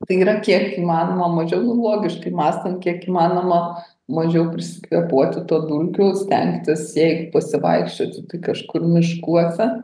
tai yra kiek įmanoma mažiau nu logiškai mąstant kiek įmanoma mažiau prisikvėpuoti to dulkių stengtis jeigu pasivaikščioti tai kažkur miškuose